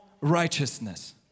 righteousness